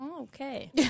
Okay